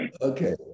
Okay